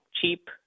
cheap